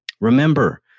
Remember